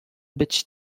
być